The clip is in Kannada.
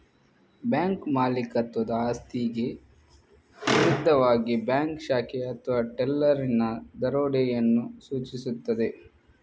ಬ್ಯಾಂಕ್ ಮಾಲೀಕತ್ವದ ಆಸ್ತಿಗೆ ವಿರುದ್ಧವಾಗಿ ಬ್ಯಾಂಕ್ ಶಾಖೆ ಅಥವಾ ಟೆಲ್ಲರಿನ ದರೋಡೆಯನ್ನು ಸೂಚಿಸುತ್ತದೆ